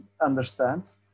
understand